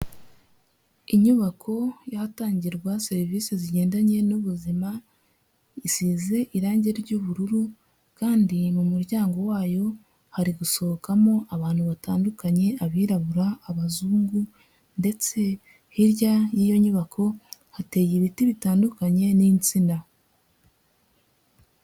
Inyubako y'ahatangirwa serivisi zigendanye n'ubuzima, isize irangi ry'ubururu kandi mu muryango wayo hari gushokamo abantu batandukanye, abirabura, abazungu ndetse hirya y'iyo nyubako hateye ibiti bitandukanye n'insina.